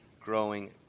growing